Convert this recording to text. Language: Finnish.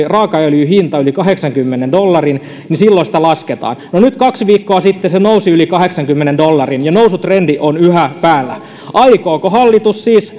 raakaöljyn hinta nousee yli kahdeksankymmenen dollarin silloin sitä lasketaan no nyt kaksi viikkoa sitten se nousi yli kahdeksankymmenen dollarin ja nousutrendi on yhä päällä aikooko hallitus siis